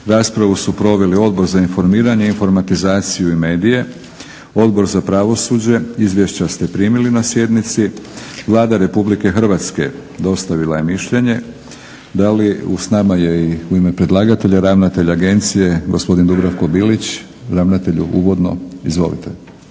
Raspravu su proveli Odbor za informiranje, informatizaciju i medije, Odbor za pravosuđe. Izvješća ste primili na sjednici. Vlada Republike Hrvatske dostavila je mišljenje. S nama je u ime predlagatelja ravnatelj agencije gospodin Dubravko Bilić. Ravnatelju uvodno? Izvolite.